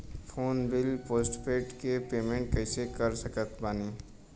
Phone bill postpaid के payment कैसे कर सकत बानी?